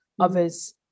others